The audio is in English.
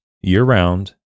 year-round